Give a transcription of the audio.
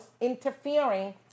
interfering